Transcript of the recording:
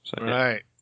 Right